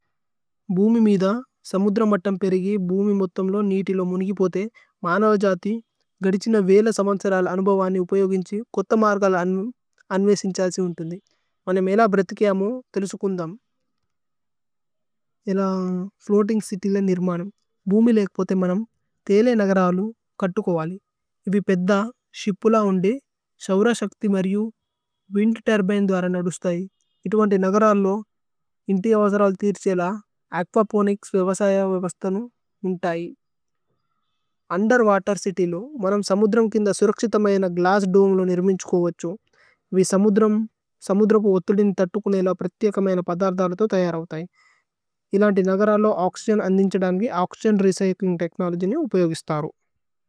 ഭ്ഹൂമി മിധ സമുദ്രമത്തമ് പേരിഗി ഭ്ഹൂമി। മുഥമ് ലോ നീതി ലോ മുനിഗി പോഥേ മാനവജഥ്। ഗദിഛിന വേല സമന്സരല അനുബവാനി। ഉപയോഗിന്ഛി കോഥ മര്ഗല അന്വേസിന്ഛാസി। വിന്തുന്ദി വന മേഇല ബ്രേഥ്കിയമു। തേലുസുകുന്ദമ് ഏല ഫ്ലോഅതിന്ഗ് ചിത്യ് ല നിര്മനമ്। ഭ്ഹൂമി ലേക്പോഥേ മനമ് ഥേലേ നഗരലു കത്തുക് । വലി ഇവി പേദ്ദ ശിപുല ഉന്ദി ശോഉര ശക്ഥി। മര്യു വിന്ദ് തുര്ബിനേ ധ്വര നദുസ്തൈ ഇതുഗന്ദി। നഗരലു ലോ ഇന്തി യവസരലി ഥിരുഛേല। അകുഅപോനിച്സ് യവസയ വിവസ്ഥനു ഉന്തൈ ഉന്ദേര്। വതേര് ചിത്യ് ലോ മനമ് സമുദ്രമ് കിന്ദ സുരക്സിത। മയന ഗ്ലസ്സ് ദോമേ ലോ നിര്മന്ഛുകുവഛു ഇവി। സമുദ്രമ് സമുദ്രപു ഓത്ഥുദിനി ഥത്തുകുനേല। പ്രിഥ്യകമയന പദര്ധല തോ ഥയരവുഥൈ। ഇലന്തി നഗരലു ലോ ഓക്സ്യ്ഗേന് അന്ധിന്ഛദനി। ഓക്സ്യ്ഗേന് രേച്യ്ച്ലിന്ഗ് തേഛ്നോലോഗ്യ് നേ ഉപയോഗിസ്ഥരു।